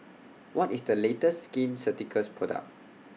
What IS The latest Skin Ceuticals Product